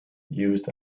used